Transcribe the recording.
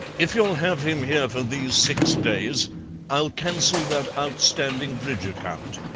if you'll have him here for these six days i'll cancel that outstanding bridge account.